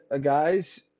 guys